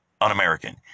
un-American